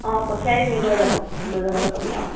অঁ পঠিয়াই দিবি লৈ যাব লৈ যাবলৈ ক'বি অঁ